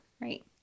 right